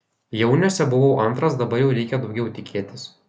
jauniuose buvau antras dabar jau reikia daugiau tikėtis